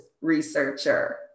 researcher